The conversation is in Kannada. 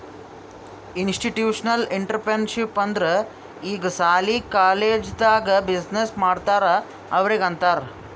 ಇನ್ಸ್ಟಿಟ್ಯೂಷನಲ್ ಇಂಟ್ರಪ್ರಿನರ್ಶಿಪ್ ಅಂದುರ್ ಈಗ ಸಾಲಿ, ಕಾಲೇಜ್ದು ಬಿಸಿನ್ನೆಸ್ ಮಾಡ್ತಾರ ಅವ್ರಿಗ ಅಂತಾರ್